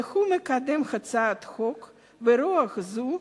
והוא מקדם הצעת חוק ברוח זו,